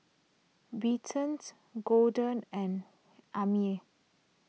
Belton's Gorden and Aimee